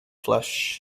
flesh